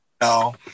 No